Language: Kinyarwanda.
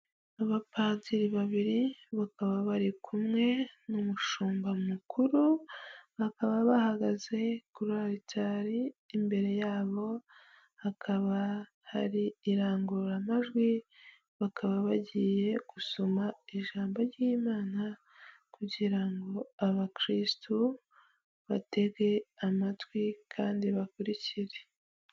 Abapadiri babiri, bakaba bari kumwe n'umushumba mukuru, bakaba bahagaze kuri alitari, imbere yabo hakaba hari indangururamajwi, bakaba bagiye gusoma ijambo ry'imana kugira ngo abakristu batege amatwi kandi bakurikire.